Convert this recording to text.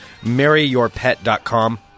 marryyourpet.com